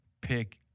pick